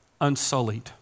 unsullied